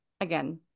again